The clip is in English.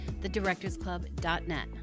thedirectorsclub.net